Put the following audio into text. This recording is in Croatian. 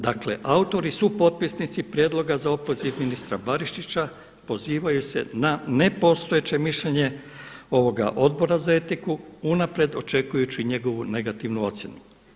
Dakle, autori, supotpisnici prijedloga za opoziv ministra Barišića pozivaju se na nepostojeće mišljenje ovoga Odbora za etičku unaprijed očekujući njegovu negativnu ocjenu.